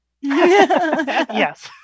yes